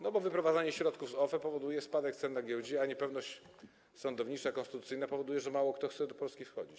No bo wyprowadzanie środków z OFE powoduje spadek cen na giełdzie, a niepewność sądownicza, konstytucyjna powoduje, że mało kto chce do Polski wchodzić.